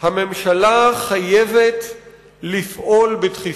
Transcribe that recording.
הממשלה חייבת לפעול בדחיפות.